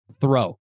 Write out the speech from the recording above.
throw